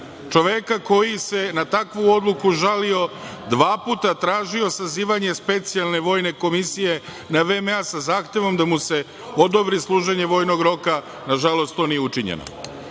čoveka koji se na takvu odluku žalio dva puta, tražio sazivanje specijalne vojne komisije na VMA, sa zahtevom da mu se odobri služenje vojnog roka. Nažalost, to nije učinjeno. Što